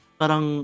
parang